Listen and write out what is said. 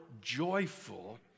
joyful